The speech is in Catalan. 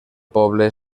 poble